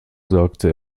sagte